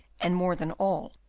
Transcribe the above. and, more than all,